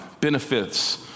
benefits